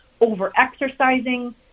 over-exercising